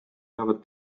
peavad